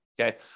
okay